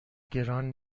گران